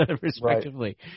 respectively